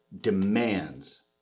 demands